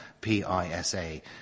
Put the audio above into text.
P-I-S-A